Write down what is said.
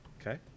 Okay